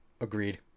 agreed